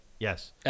Yes